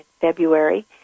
february